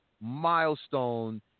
Milestone